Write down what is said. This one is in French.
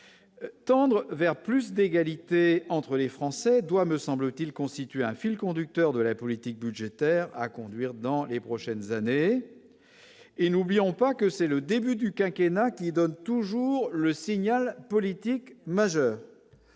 Tendre vers plus d'égalité entre les Français doit me semble-t-il, constitué un fil conducteur de la politique budgétaire à conduire dans les prochaines années. Et n'oublions pas que c'est le début du quinquennat qui donne toujours le signal politique majeur